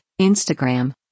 Instagram